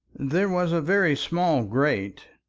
there was a very small grate,